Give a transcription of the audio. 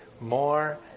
more